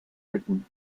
written